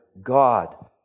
God